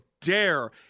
dare